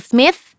Smith